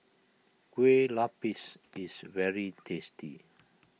Kueh Lapis is very tasty